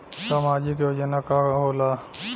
सामाजिक योजना का होला?